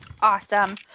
Awesome